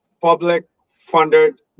public-funded